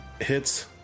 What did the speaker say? hits